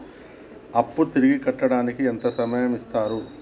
అప్పు తిరిగి కట్టడానికి ఎంత సమయం ఇత్తరు?